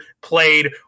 played